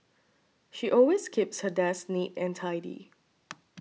she always keeps her desk neat and tidy